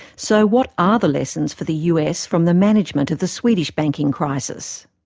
so what are the lessons for the us from the management of the swedish banking crisis?